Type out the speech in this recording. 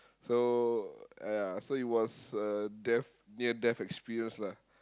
so uh ya so it was a death near death experience lah